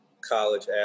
college